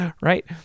right